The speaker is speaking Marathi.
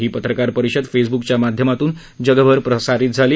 ही पत्रकार परिषद फेसबुकच्या माध्यमातून जगभर प्रसारित झाली